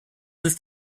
ist